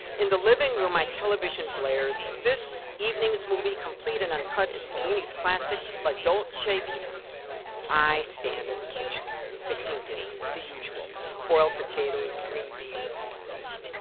in the living room my television blares this evening's movie, complete and uncut. is fellini's classic, la dolce vita i stand in the kitchen fixing dinner, the usual boiled potatoes, green beans, meat loaf.